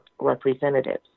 representatives